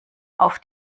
auf